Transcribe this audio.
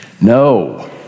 no